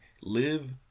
Live